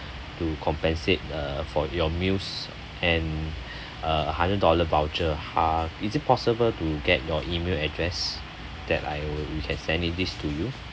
to compensate uh for your meals and a hundred dollar voucher ah is it possible to get your email address that I will we can sending this to you